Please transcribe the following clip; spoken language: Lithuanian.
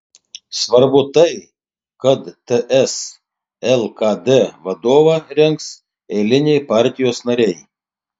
svarbu tai kad ts lkd vadovą rinks eiliniai partijos nariai